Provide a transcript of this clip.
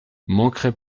manquerait